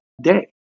day